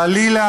"חלילה,